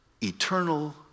eternal